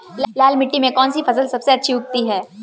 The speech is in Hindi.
लाल मिट्टी में कौन सी फसल सबसे अच्छी उगती है?